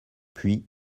puis